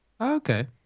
Okay